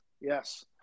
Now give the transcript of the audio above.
Yes